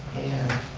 and.